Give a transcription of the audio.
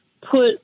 put